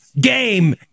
game